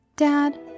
dad